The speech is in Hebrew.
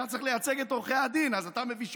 אתה צריך לייצג את עורכי הדין אז אתה מביא שופט?